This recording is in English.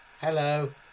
Hello